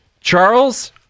Charles